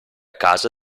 casa